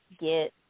get